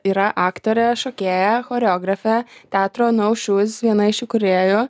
yra aktorė šokėja choreografė teatro no shoes viena iš įkūrėjų